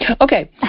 Okay